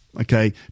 okay